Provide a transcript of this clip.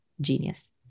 genius